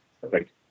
Perfect